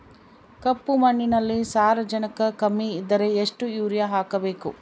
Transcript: ಕಪ್ಪು ಮಣ್ಣಿನಲ್ಲಿ ಸಾರಜನಕ ಕಮ್ಮಿ ಇದ್ದರೆ ಎಷ್ಟು ಯೂರಿಯಾ ಹಾಕಬೇಕು?